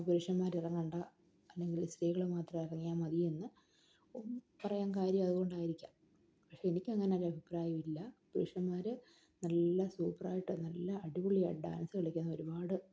പുരുഷന്മാര് ഇറങ്ങേണ്ട അല്ലെങ്കിൽ സ്ത്രീകള് മാത്രം ഇറങ്ങിയാല് മതിയെന്ന് പറയാൻ കാര്യം അതുകൊണ്ടായിരിക്കാം പക്ഷെ എനിക്കങ്ങനെയൊരു അഭിപ്രായമില്ല പുരുഷന്മാര് നല്ല സൂപ്പറായിട്ട് നല്ല അടിപൊളിയായി ഡാൻസ് കളിക്കുന്ന ഒരുപാട്